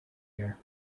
here